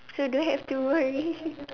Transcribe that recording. so don't have to worry